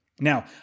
Now